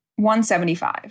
175